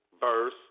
verse